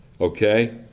Okay